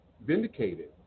vindicated